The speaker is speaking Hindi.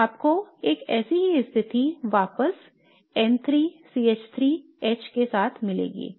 तो आपको एक ऐसी ही स्थिति वापस N3 CH3 H के साथ मिलेगी